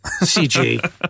cg